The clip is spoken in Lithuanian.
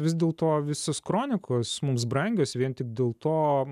vis dėlto visos kronikos mums brangios vien tik dėl to